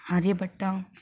Aryabhata